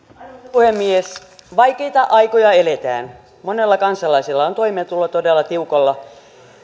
puhemies vaikeita aikoja eletään monella kansalaisella on toimeentulo todella tiukalla